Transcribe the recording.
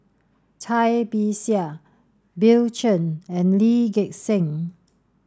Cai Bixia Bill Chen and Lee Gek Seng